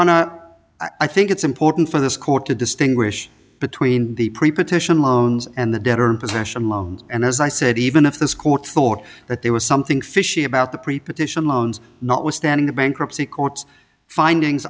honor i think it's important for this court to distinguish between the preposition loans and the debtor in possession loans and as i said even if this court thought that there was something fishy about the preposition loans notwithstanding the bankruptcy courts findings